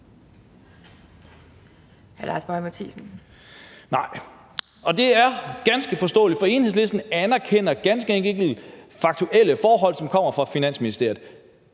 Det er ganske forståeligt, for Enhedslisten anerkender ganske enkelt ikke faktuelle forhold, som kommer fra Finansministeriet.